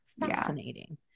Fascinating